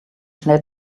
schnell